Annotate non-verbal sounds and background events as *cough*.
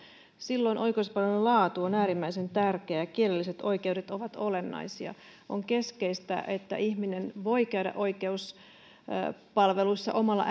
silloin oikeuspalveluiden laatu on äärimmäisen tärkeää ja kielelliset oikeudet ovat olennaisia on keskeistä että ihminen voi käydä oikeuspalveluissa omalla *unintelligible*